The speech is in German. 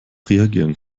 reagieren